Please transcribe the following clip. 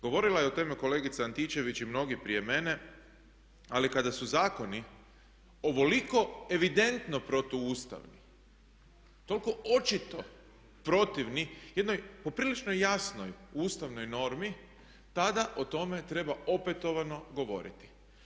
Govorila je o tome kolegica Antičević i mnogi prije mene, ali kada su zakoni ovoliko evidentno protuustavni, toliko očito protivni jednoj poprilično jasnoj ustavnoj normi tada o tome treba opetovano govoriti.